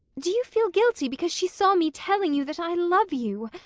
do you feel guilty because she saw me telling you that i love you?